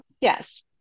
Yes